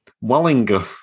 Wallinger